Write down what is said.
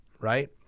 Right